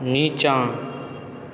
नीचाँ